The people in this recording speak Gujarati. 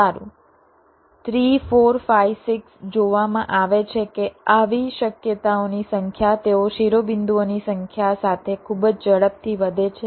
સારું 3 4 5 6 જોવામાં આવે છે કે આવી શક્યતાઓની સંખ્યા તેઓ શિરોબિંદુઓની સંખ્યા સાથે ખૂબ જ ઝડપથી વધે છે